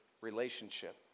relationship